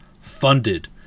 funded